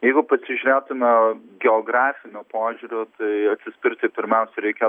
jeigu pasižiūrėtume geografiniu požiūriu tai atsispirti pirmiausia reikia